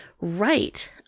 right